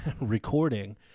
recording